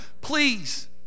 please